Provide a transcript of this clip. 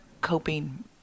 coping